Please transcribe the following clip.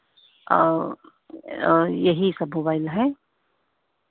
और और यही सब मोबाइल है